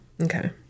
Okay